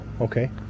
Okay